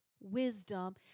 wisdom